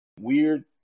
weird